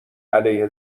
علیه